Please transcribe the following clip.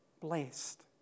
blessed